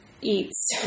eats